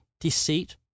deceit